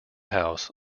house